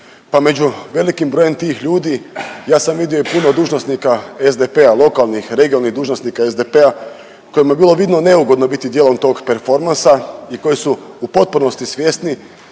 među velikim brojem tih ljudi ja sam vidio i puno dužnosnika SDP-a, lokalnih, regionalnih dužnosnika SDP-a kojima je bilo vidno neugodno biti dijelom tog performansa i koji su u potpunosti svjesni